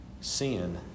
Sin